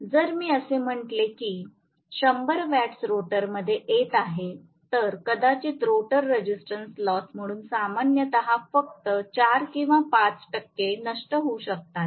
जर मी असे म्हटले की 100 वॅट्स रोटरमध्ये येत आहेत तर कदाचित रोटर रेझिस्टन्स लॉस म्हणून सामान्यतः फक्त 4 किंवा 5 टक्के नष्ट होऊ शकतात